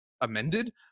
amended